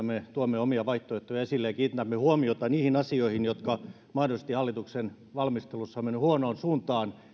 me tuomme omia vaihtoehtoja esille ja kiinnitämme huomiota niihin asioihin jotka mahdollisesti hallituksen valmistelussa ovat menneet huonoon suuntaan